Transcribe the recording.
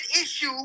issue